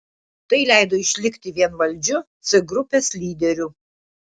tai leido išlikti vienvaldžiu c grupės lyderiu